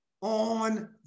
on